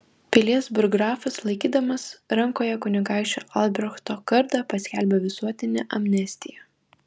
pilies burggrafas laikydamas rankoje kunigaikščio albrechto kardą paskelbė visuotinę amnestiją